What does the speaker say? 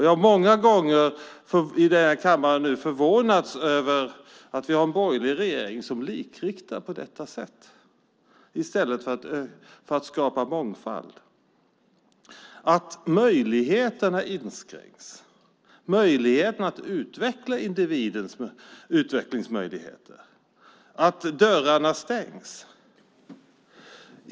Jag har många gånger här i kammaren förvånats över att vi har en borgerlig regering som likriktar i stället för att skapa mångfald, som inskränker möjligheterna till individens utveckling och som stänger dörrarna.